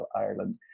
Ireland